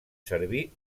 servir